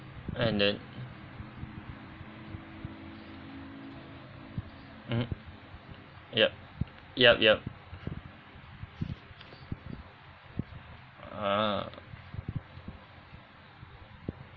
and then mm yup yup yup uh